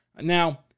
Now